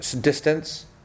Distance